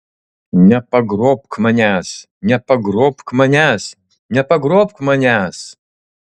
nepagrobk manęs nepagrobk manęs nepagrobk manęs